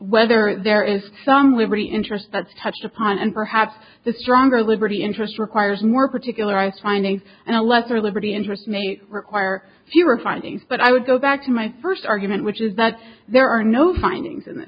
whether there is some liberty interest that's touched upon and perhaps the stronger liberty interest requires more particular rights finding and a lesser liberty interest may require fewer findings but i would go back to my first argument which is that there are no findings